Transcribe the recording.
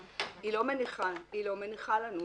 שהיא לא תהיה מסוגלת לעמוד בפני הפורום הזה.